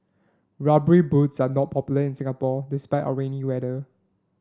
rubber boots are not popular in Singapore despite our rainy weather